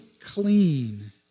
clean